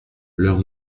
l’heure